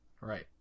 Right